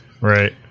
right